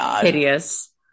hideous